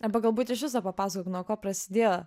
arba galbūt iš viso papasakok nuo ko prasidėjo